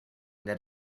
that